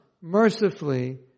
mercifully